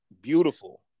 beautiful